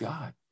God